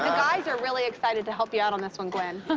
guys are really excited to help you out on this one, gwen.